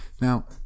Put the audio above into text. Now